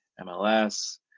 MLS